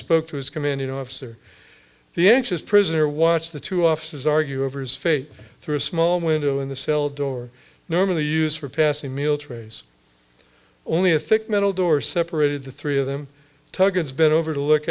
spoke to his commanding officer the anxious prisoner watched the two officers argue over his fate through a small window in the cell door normally used for passing meal trays only a thick metal door separated the three of them targets bent over to look